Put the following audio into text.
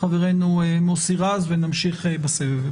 חברנו מוסי רז ונמשיך בסבב.